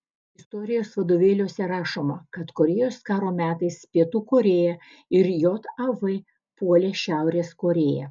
istorijos vadovėliuose rašoma kad korėjos karo metais pietų korėja ir jav puolė šiaurės korėją